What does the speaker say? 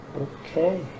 Okay